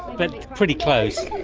but pretty close.